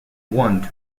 one